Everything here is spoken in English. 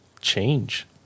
change